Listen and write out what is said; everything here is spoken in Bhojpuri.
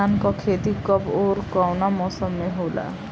धान क खेती कब ओर कवना मौसम में होला?